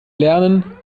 lernen